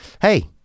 hey